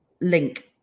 link